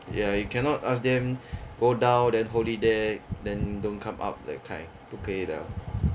ya you cannot ask them go down then hold it there then don't come up that kind 不可以 liao